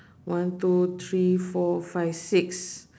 one two three four five six